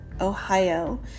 Ohio